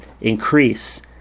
increase